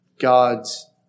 God's